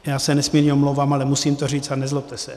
Já se nesmírně omlouvám, ale musím to říct a nezlobte se.